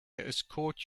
escort